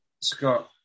Scott